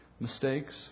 Mistakes